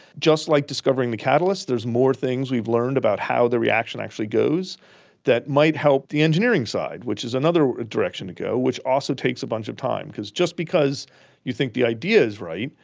just like discovering the catalyst, there's more things we've learned about how the reaction actually goes that might help the engineering site, which is another direction to go which also takes a bunch of time. just because you think the idea is right,